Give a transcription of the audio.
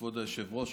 כבוד היושב-ראש,